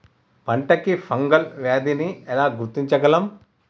పంట కి ఫంగల్ వ్యాధి ని ఎలా గుర్తించగలం?